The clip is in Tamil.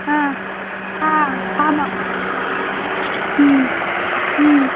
ஆ ஆ ஆமாம் ம் ம்